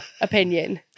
opinion